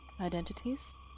identities